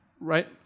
right